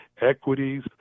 equities